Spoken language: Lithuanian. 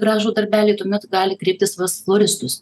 ir gražų darbelį tuomet gali kreiptis pas floristus